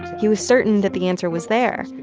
he was certain that the answer was there.